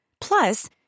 Plus